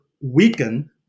weaken